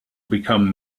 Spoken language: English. become